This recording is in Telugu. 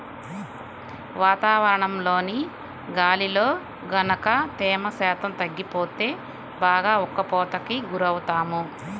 వాతావరణంలోని గాలిలో గనక తేమ శాతం తగ్గిపోతే బాగా ఉక్కపోతకి గురవుతాము